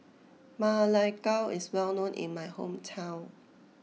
Ma Lai Gao is well known in my hometown